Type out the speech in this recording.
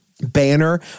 banner